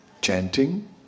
chanting